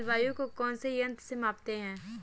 जलवायु को कौन से यंत्र से मापते हैं?